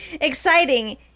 exciting